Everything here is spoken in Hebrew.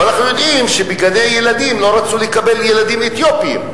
ואנחנו יודעים שבגני-ילדים לא רצו לקבל ילדים אתיופים,